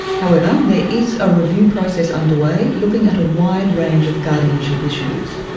however, there is a review process under way, looking at a wide range of guardianship issues.